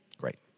Great